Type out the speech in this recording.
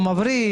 הוא מבריא,